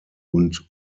und